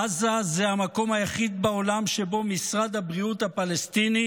עזה היא המקום היחיד בעולם שבו משרד הבריאות הפלסטיני